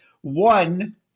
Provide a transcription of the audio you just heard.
one